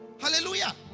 hallelujah